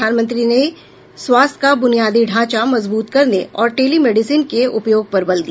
प्रधानमंत्री ने स्वास्थ्य का बुनियादी ढांचा मजबूत करने और टेलीमेडिसन के उपयोग पर बल दिया